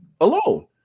alone